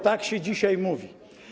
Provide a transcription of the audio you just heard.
Tak się dzisiaj mówi.